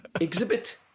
Exhibit